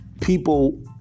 people